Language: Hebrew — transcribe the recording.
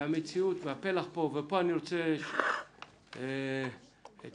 פה אני רוצה את